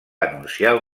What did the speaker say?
anunciar